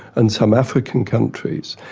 and some african countries.